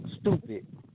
stupid